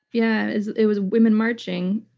yeah, it it was women marching.